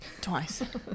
twice